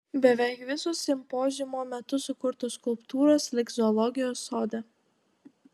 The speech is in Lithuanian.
beveik visos simpoziumo metu sukurtos skulptūros liks zoologijos sode